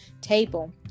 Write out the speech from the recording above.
table